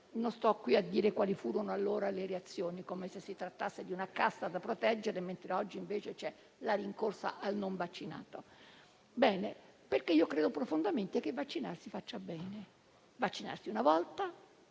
Non sto qui a dire quali furono allora le reazioni, come se si trattasse di una casta da proteggere mentre oggi c'è la rincorsa al non vaccinarsi. Io credo profondamente che vaccinarsi faccia bene. Parlo del